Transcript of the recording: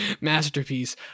masterpiece